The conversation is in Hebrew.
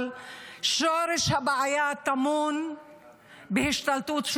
אבל שורש הבעיה טמון בהשתלטות